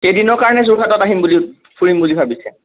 কেইদিনৰ কাৰণে যোৰহাটত আহিম বুলি ফুৰিম বুলি ভাবিছে